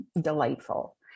delightful